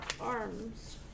arms